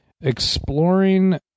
exploring